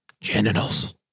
Genitals